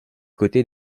côté